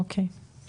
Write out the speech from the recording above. אוקיי.